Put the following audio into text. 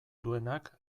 duenak